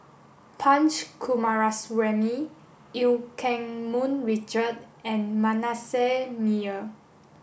Punch Coomaraswamy Eu Keng Mun Richard and Manasseh Meyer